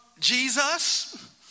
Jesus